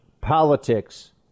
politics